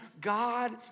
God